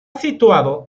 situado